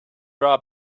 rub